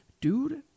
Dude